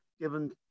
given